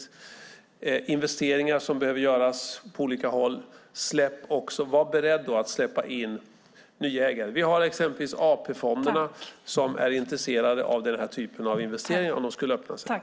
För investeringar som behöver göras på olika håll får man vara beredd att släppa in nya ägare. Vi har exempelvis AP-fonderna som är intresserade av den här typen av investeringar om det skulle öppnas en möjlighet.